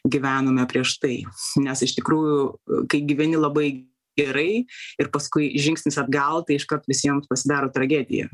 gyvenome prieš tai nes iš tikrųjų kai gyveni labai gerai ir paskui žingsnis atgal tai iškart visiems pasidaro tragedija